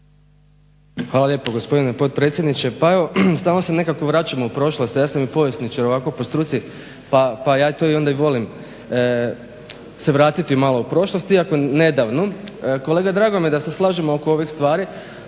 Hvala lijepa gospodine potpredsjedniče. Pa evo stalno se nekako vraćamo u prošlost, a ja sam i povjesničar ovako po struci, pa ja to onda i volim se vratiti malo u prošlost, iako nedavnu. Kolega drago mi je da se slažemo oko ovih stvari,